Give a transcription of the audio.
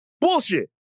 Bullshit